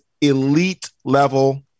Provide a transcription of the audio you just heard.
elite-level